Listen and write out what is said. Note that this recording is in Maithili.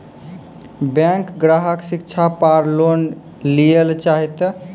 बैंक ग्राहक शिक्षा पार लोन लियेल चाहे ते?